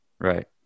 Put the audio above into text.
Right